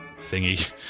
thingy